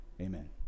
amen